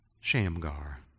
Shamgar